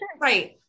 right